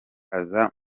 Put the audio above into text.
aza